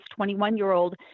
21-year-old